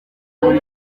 muri